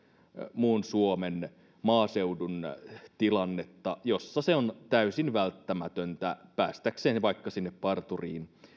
muun suomen maaseudun tilanne jossa auto on täysin välttämätön päästäkseen vaikka sinne parturiin